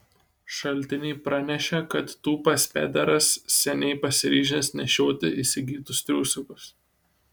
šaltiniai pranešė kad tūpas pederas seniai pasiryžęs nešioti įsigytus triusikus